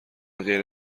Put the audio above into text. غیر